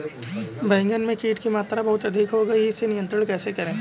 बैगन में कीट की मात्रा बहुत अधिक हो गई है इसे नियंत्रण कैसे करें?